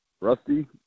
rusty